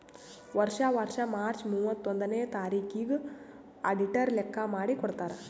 ವರ್ಷಾ ವರ್ಷಾ ಮಾರ್ಚ್ ಮೂವತ್ತೊಂದನೆಯ ತಾರಿಕಿಗ್ ಅಡಿಟರ್ ಲೆಕ್ಕಾ ಮಾಡಿ ಕೊಡ್ತಾರ್